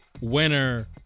winner